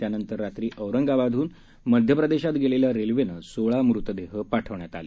त्यानंतर रात्री औरंगाबादहून मध्यप्रदेशात गेलेल्या रेल्वेने सोळा मृतदेह पाठवण्यात आले